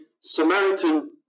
samaritan